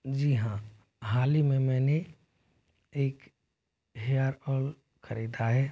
जी हाँ हाल ही में मैंने एक हेयर ऑल खरीदा है